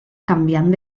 canviant